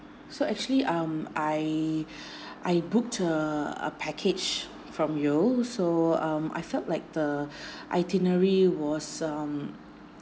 so actually um I I booked a a package from you so um I felt like the itinerary was um